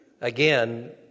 Again